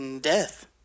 Death